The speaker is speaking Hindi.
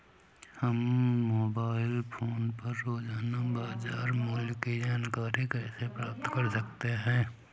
हम मोबाइल फोन पर रोजाना बाजार मूल्य की जानकारी कैसे प्राप्त कर सकते हैं?